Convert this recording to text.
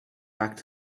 back